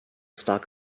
stalk